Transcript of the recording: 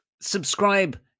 Subscribe